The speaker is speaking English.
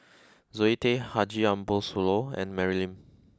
Zoe Tay Haji Ambo Sooloh and Mary Lim